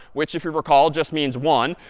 which if you recall, just means one,